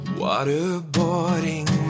waterboarding